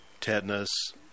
tetanus